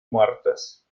muertas